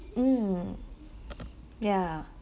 mm ya